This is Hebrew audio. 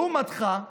לעומתך,